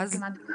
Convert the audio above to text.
ואז מה?